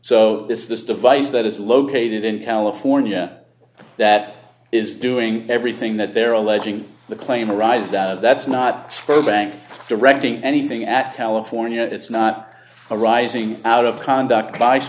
so this is this device that is located in california that is doing everything that they're alleging the claim arise down that's not bank directing anything at california it's not arising out of conduct